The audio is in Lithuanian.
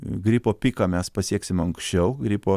gripo piką mes pasieksim anksčiau gripo